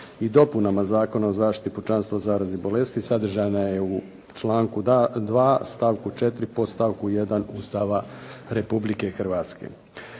i dopunama Zakona o zaštiti pučanstva od zaraznih bolesti sadržana je u članku 2. stavku 4. podstavku 1. Ustava Republike Hrvatske.